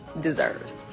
deserves